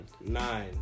Nine